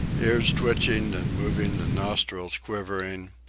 ears twitching and moving and nostrils quivering,